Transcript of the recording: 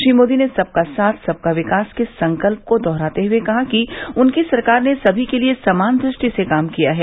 श्री मोदी ने सबका साथ सबका विकास के संकल्प को दोहराते हुए कहा कि उनकी सरकार ने सभी के लिये समान दृष्टि से काम किया है